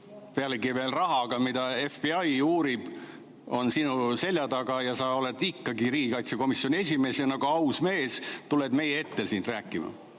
pealegi veel rahaga, mida FBI uurib, on sinu selja taga, aga sa oled ikkagi riigikaitsekomisjoni esimees ja nagu aus mees tuled meie ette siia rääkima.